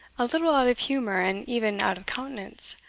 a little out of humour, and even out of countenance,